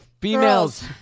females